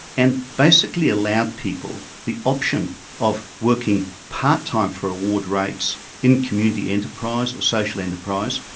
and basically allowed people the option of working part-time for award rates in community enterprise or social enterprise,